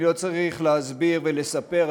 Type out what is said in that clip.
אני לא צריך להסביר ולספר,